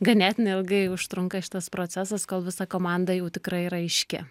ganėtinai ilgai užtrunka šitas procesas kol visa komanda jau tikrai yra aiški